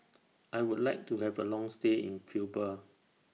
I Would like to Have A Long stay in Cuba